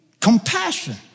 compassion